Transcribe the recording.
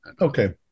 Okay